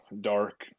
dark